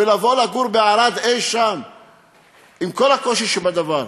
ולבוא לגור בערד, עם כל הקושי שבדבר?